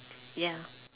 ya